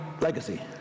legacy